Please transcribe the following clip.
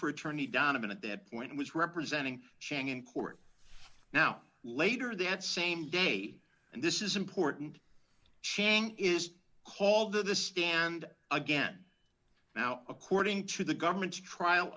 for attorney donovan at that point was representing chang in court now later that same day and this is important chang is called to the stand again now according to the government's trial